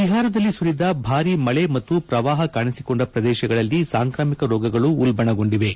ಬಿಹಾರದಲ್ಲಿ ಸುರಿದ ಭಾರಿ ಮಳೆ ಮತ್ತು ಪ್ರವಾಹ ಕಾಣಿಸಿಕೊಂಡ ಪ್ರದೇಶಗಳಲ್ಲಿ ಸಾಂಕ್ರಾಮಿಕ ರೋಗಗಳು ಉಲ್ಪಣಗೊಂಡಿವೆ